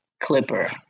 clipper